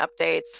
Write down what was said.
updates